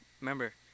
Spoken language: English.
Remember